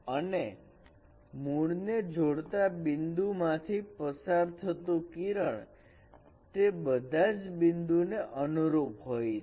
અને મૂળને જોડતા બિંદુમાંથી પસાર થતું કિરણ તે બધા જ બિંદુ ને અનુરૂપ હોય છે